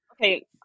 okay